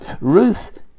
Ruth